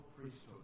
priesthood